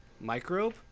Microbe